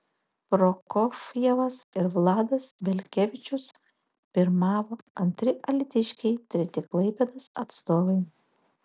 prokofjevas ir vladas belkevičius pirmavo antri alytiškiai treti klaipėdos atstovai